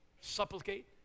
supplicate